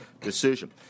decision